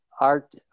art